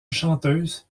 chanteuse